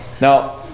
now